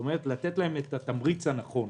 כלומר לתת להם את התמריץ הנכון.